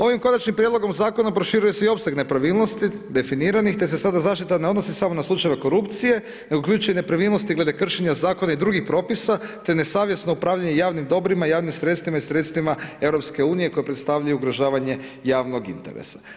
Ovim konačnim prijedlogom zakona, proširuje se i opseg nepravilnosti, definiranih, te se sada zaštita ne odnosi samo na slučajeve korupcije, nego uključuje nepravilnosti glede kršenja zakona i drugih propisa te nesavjesno upravljanje javnim dobrim, javnim sredstvima i sredstvima EU, koje predstavljaju ugrožavanje javnog interesa.